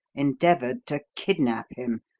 endeavoured to kidnap him,